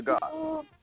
God